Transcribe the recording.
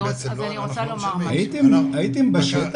הייתם בשטח?